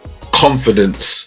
confidence